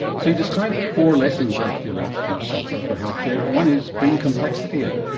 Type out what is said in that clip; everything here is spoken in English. so you described four lessons that are to be learned from soccer for healthcare. one is bring complexity in.